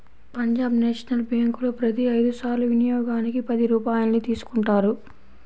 Punjab national బ్యేంకులో ప్రతి ఐదు సార్ల వినియోగానికి పది రూపాయల్ని తీసుకుంటారు